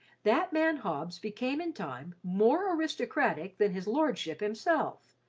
that man hobbs became in time more aristocratic than his lordship himself,